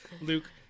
Luke